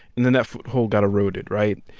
and then that foothold got eroded, right?